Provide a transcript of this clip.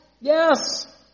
Yes